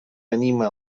anima